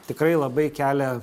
tikrai labai kelia